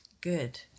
Good